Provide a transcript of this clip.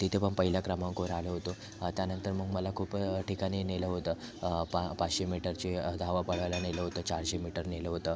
तिथे पण पहिल्या क्रमांकवर आलो होतो त्यानंतर मग मला खूप ठिकाणी नेलं होतं पा पाचशे मीटरचे धावा पळवायला नेलं होतं चारशे मीटर नेलं होतं